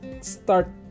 start